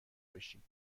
بشیم